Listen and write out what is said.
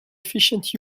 efficient